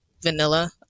Vanilla